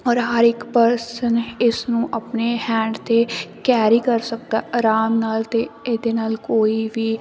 ਔਰ ਹਰ ਇੱਕ ਪਰਸਨ ਇਸ ਨੂੰ ਆਪਣੇ ਹੈਂਡ 'ਤੇ ਕੈਰੀ ਕਰ ਸਕਦਾ ਆਰਾਮ ਨਾਲ ਅਤੇ ਇਹਦੇ ਨਾਲ ਕੋਈ ਵੀ